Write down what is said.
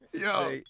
Yo